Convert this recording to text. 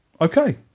Okay